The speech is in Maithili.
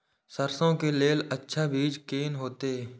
सरसों के लेल अच्छा बीज कोन होते?